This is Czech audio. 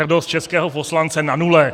Hrdost českého poslance na nule.